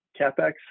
CAPEX